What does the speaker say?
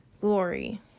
glory